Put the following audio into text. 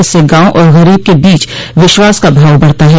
इससे गांव और गरीब के बीच विश्वास का भाव बढ़ता है